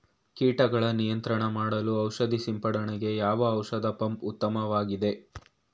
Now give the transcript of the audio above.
ಕೀಟಗಳ ನಿಯಂತ್ರಣ ಮಾಡಲು ಔಷಧಿ ಸಿಂಪಡಣೆಗೆ ಯಾವ ಔಷಧ ಪಂಪ್ ಉತ್ತಮವಾಗಿದೆ?